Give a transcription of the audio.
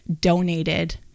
donated